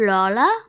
Lola